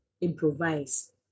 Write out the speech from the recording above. improvise